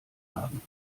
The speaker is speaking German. haben